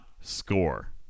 score